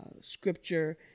scripture